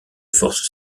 forces